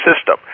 system